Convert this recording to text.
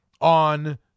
on